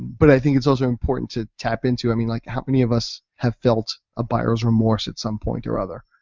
but i think it's also important to tap into, i mean like how many of us have felt a buyer's remorse at some point or other.